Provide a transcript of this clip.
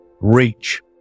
Reach